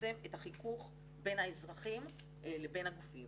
לצמצם את החיכוך בין האזרחים לבין הגופים.